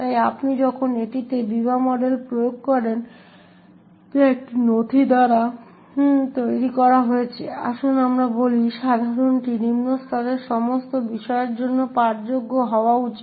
তাই আপনি যখন এটিতে বিবা মডেল প্রয়োগ করেন যা একটি নথি যা দ্বারা তৈরি করা হয়েছে আসুন আমরা বলি সাধারণটি নিম্ন স্তরের সমস্ত বিষয়ের কাছে পাঠযোগ্য হওয়া উচিত